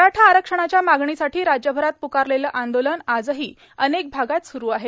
मराठा आरक्षणाच्या मागणीसाठी राज्यभरात प्रकारलेलं आंदोलन आजही अनेक भागात सुरू आहे